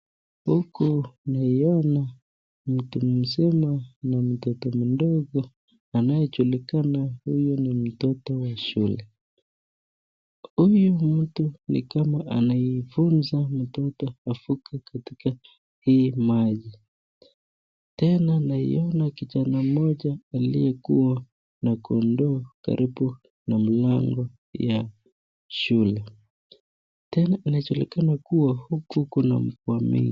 Huku naiona mtu mzima na mtoto mdogo anayejulika huyu ni mtoto wa shule. Huyu mtu nikama anamfunza mtoto kuvuka hii maji. Tena namuona kijana mmoja aliye na kondoo karibu na mlango ya shule. Tena inajulikana huku kuna mvua mingi.